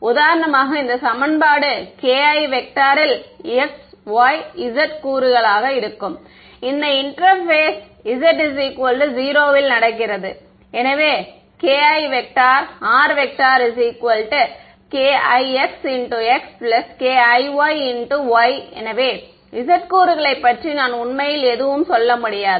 உதாரணமாக இந்த சமன்பாடு ki இல் x y z கூறுகளாக இருக்கும் இந்த இன்டெர்பேஸ் z 0 இல் நடக்கிறது எனவே kirkix𝑥 kiy𝑦 எனவே z கூறுகளைப் பற்றி நான் உண்மையில் எதுவும் சொல்ல முடியாது